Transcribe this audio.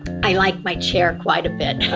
i like my chair quite a bit.